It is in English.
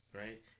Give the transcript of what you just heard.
right